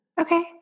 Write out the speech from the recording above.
Okay